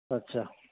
اچھا